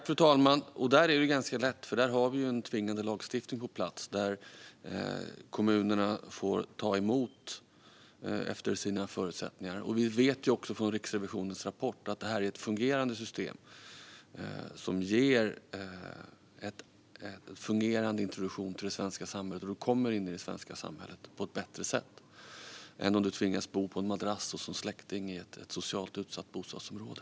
Fru talman! Det är ganska lätt, för vi har en tvingande lagstiftning på plats om att kommunerna ska ta emot efter sina förutsättningar. Vi vet också från Riksrevisionens rapport att detta är ett fungerande system som ger en introduktion till det svenska samhället som gör att man kommer in i samhället på ett bättre sätt än om man tvingas bo på en madrass hos någon släkting i ett socialt utsatt bostadsområde.